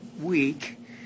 week